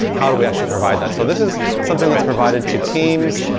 how do we actually provide that? so this is something that's provided to teams,